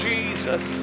Jesus